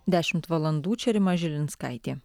dešimt valandų čia rima žilinskaitė